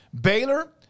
Baylor